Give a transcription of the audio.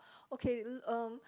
okay l~ uh